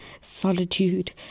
solitude